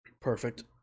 Perfect